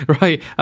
right